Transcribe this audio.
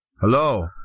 Hello